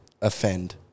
offend